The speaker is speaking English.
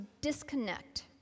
disconnect